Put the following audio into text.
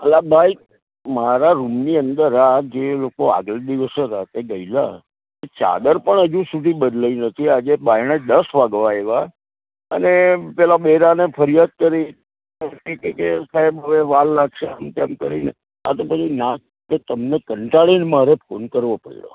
અલા ભાઈ મારા રૂમની અંદર આ જે લોકો આગલે દિવસ રાતે ગયેલા ચાદર પણ હજુ સુધી બદલાઈ નથી આજે બારણે દસ વાગવા આવ્યા અને પેલા બૈરાને ફરિયાદ કરી તો એ કહે કે સાહેબ હવે વાર લાગશે એમ તેમ કરીને આ તો પછી ના છૂટકે તમને કંટાળીને મારે ફોન કરવો પડ્યો